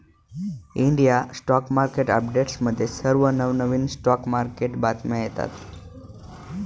India stock market अपडेट्समध्ये सर्व नवनवीन स्टॉक मार्केट बातम्या येतात